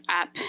up